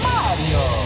Mario